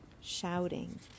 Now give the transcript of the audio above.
shouting